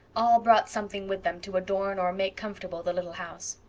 all brought something with them to adorn or make comfortable the little house.